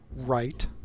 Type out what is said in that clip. right